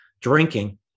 drinking